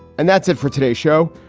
and that's it for today's show,